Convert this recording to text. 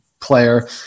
player